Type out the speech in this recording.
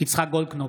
יצחק גולדקנופ,